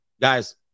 guys